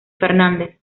fernández